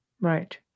right